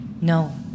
No